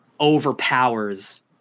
overpowers